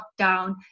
lockdown